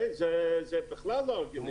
וזה בכלל לא הגיוני.